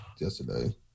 yesterday